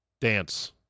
dance